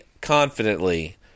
confidently